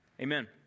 Amen